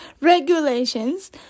regulations